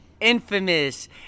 infamous